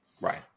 right